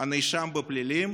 הנאשם בפלילים